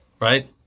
right